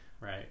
right